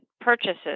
purchases